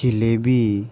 jalebi